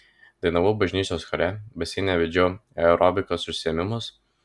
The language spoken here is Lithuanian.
dainavau bažnyčios chore baseine vedžiau aerobikos užsiėmimus